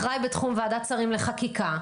אחראי בתחום ועדת שרים לחקיקה.